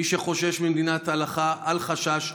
מי שחושש ממדינת הלכה, אל חשש.